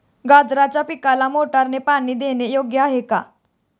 गाजराच्या पिकाला मोटारने पाणी देणे योग्य आहे का?